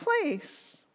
place